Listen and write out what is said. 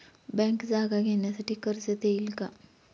Bank जागा घेण्यासाठी कर्ज देईल का?